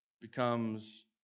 becomes